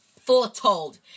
foretold